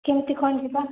କେମତି କ'ଣ ଯିବା